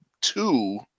Two